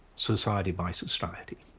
society by society.